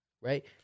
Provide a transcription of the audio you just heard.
Right